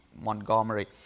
Montgomery